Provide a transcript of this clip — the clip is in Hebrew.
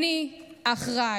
אני אחראי.